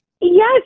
yes